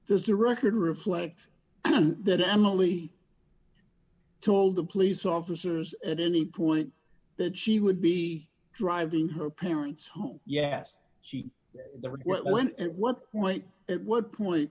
just a rusted roof what that emilie told the police officers at any point that she would be driving her parents home yes she went at what point at what point